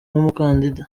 nk’umukandida